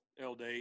LD